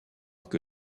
que